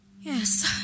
Yes